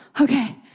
okay